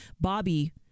Bobby